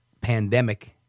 pandemic